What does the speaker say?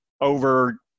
over